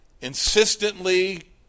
insistently